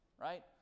right